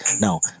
now